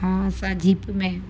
हा असां जीप में